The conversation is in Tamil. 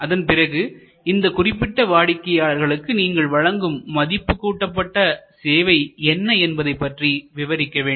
அதன் பிறகு இந்த குறிப்பிட்ட வாடிக்கையாளர்களுக்கு நீங்கள் வழங்கும் மதிப்பு கூட்டப்பட்ட சேவை என்ன என்பதை பற்றி விவரிக்க வேண்டும்